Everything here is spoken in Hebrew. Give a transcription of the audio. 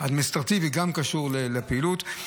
האדמיניסטרטיבי, גם את הפעילות,